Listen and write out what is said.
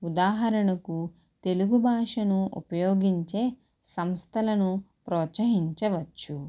ఉదాహరణకు తెలుగుభాషను ఉపయోగించే సంస్థలను ప్రోత్సహించవచ్చు